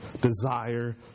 desire